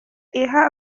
iha